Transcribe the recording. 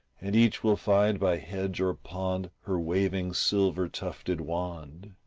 and each will find by hedge or pond her waving silver-tufted wand.